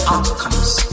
Outcomes